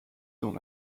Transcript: dans